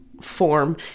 form